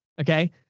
Okay